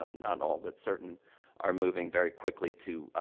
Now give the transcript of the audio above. um not all, but certain are moving very quickly to, ah,